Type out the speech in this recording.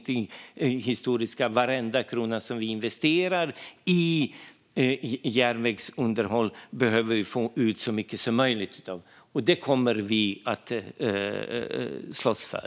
Vi behöver få ut så mycket som möjligt av varenda krona som vi investerar i järnvägsunderhåll, och det kommer vi att slåss för.